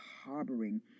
harboring